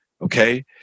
okay